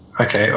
Okay